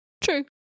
True